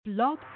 Blog